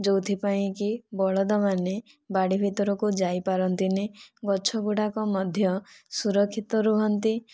ଯୋଉଥିପାଇଁ କି ବଳଦ ମାନେ ବାଡ଼ି ଭିତରକୁ ଯାଇପାରନ୍ତିନି ଗଛ ଗୁଡ଼ାକ ମଧ୍ୟ ସୁରକ୍ଷିତ ରୁହନ୍ତି